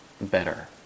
better